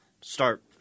Start